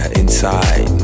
inside